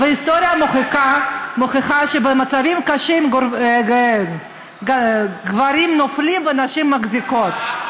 ההיסטוריה מוכיחה שבמצבים קשים גברים נופלים ונשים מחזיקות.